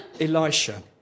Elisha